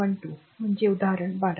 12 म्हणजे उदाहरण 12